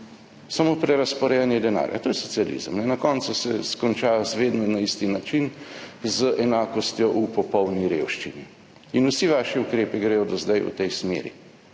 Samo prerazporejanje denarja. To je socializem. Na koncu se konča z vedno na isti način, z enakostjo v popolni revščini. In vsi vaši ukrepi gredo do zdaj v tej smeri.